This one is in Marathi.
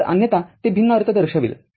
तरअन्यथा ते भिन्न अर्थ दर्शवेल